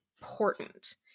important